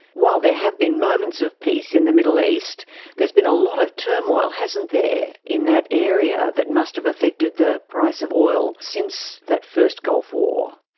while there have been moments of peace in the middle east there has been a lot of turmoil, hasn't there, in that area that must have affected the price of oil since that first gulf war.